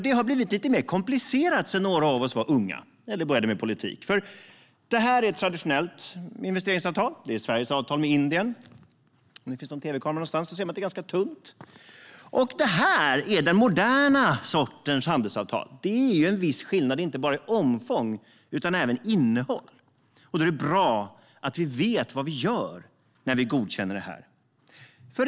Det har blivit lite mer komplicerat sedan några av oss var unga eller började med politik. Jag har tagit med ett traditionellt investeringsavtal, Sveriges avtal med Indien. Det är ett ganska tunt häfte. Jag har också tagit med den moderna sortens handelsavtal. Det är två fulla pärmar. Det är en viss skillnad inte bara i omfång utan även i innehåll. Då är det bra att vi vet vad vi gör när vi godkänner det.